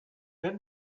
then